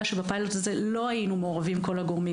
שבפיילוט הזה לא היינו מעורבים כל הגורמים,